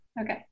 Okay